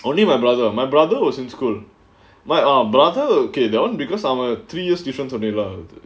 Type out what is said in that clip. only my brother my brother was in school my our brother okay that [one] because அவன்:avan three years difference only lah